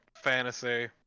fantasy